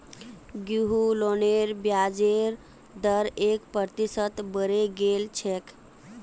गृह लोनेर ब्याजेर दर एक प्रतिशत बढ़े गेल छेक